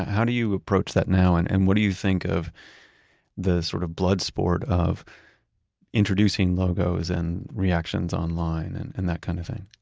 how do you approach that now and and what do you think of the sort of bloodsport of introducing logos and reactions online and and that kind of thing?